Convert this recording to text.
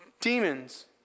demons